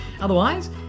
Otherwise